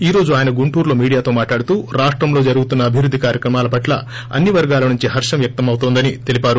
ఈ రోజు ఆయన గుంటూరులో మీడియాతో మాట్లాడుతూ రాష్టంలో జరుగుతున్న అభివృద్ధి కార్యక్రమాల పట్ల అన్ని వర్గాల నుంచి హర్గం వ్యక్తం అవుతోందని తెలిపారు